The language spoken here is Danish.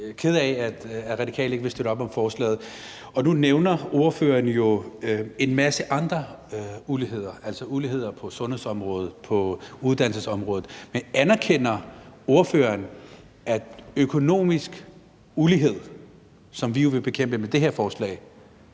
kede af, at Radikale ikke vil støtte op om forslaget. Nu nævner ordføreren jo en masse andre uligheder, altså uligheder på sundhedsområdet og på uddannelsesområdet, men anerkender ordføreren, at økonomisk ulighed, som vi jo vil bekæmpe med det her forslag,